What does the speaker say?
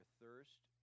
thirst